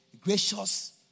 gracious